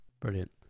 Brilliant